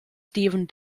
steven